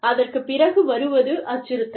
அதற்குப் பிறகு வருவது அச்சுறுத்தல்